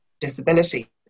disability